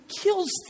kills